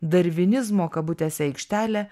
darvinizmo kabutėse aikštelė